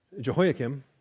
Jehoiakim